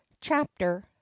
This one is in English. Chapter